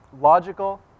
logical